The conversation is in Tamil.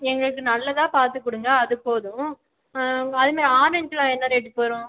எங்களுக்கு நல்லதாக பார்த்து கொடுங்க அது போதும் அதுமாதிரி ஆரஞ்ச்லாம் என்ன ரேட்டுக்கு வரும்